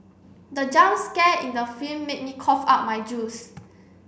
the jump scare in the film made me cough out my juice